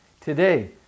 Today